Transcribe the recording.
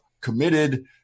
committed